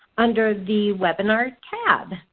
under the webinars tab.